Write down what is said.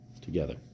together